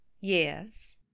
Yes